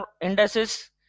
indices